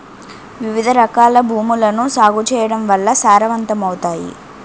వివిధరకాల భూములను సాగు చేయడం వల్ల సారవంతమవుతాయి